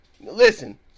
Listen